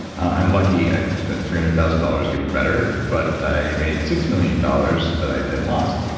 i'm lucky i spent three hundred thousand dollars getting better, but i made six million dollars that i didn't lost,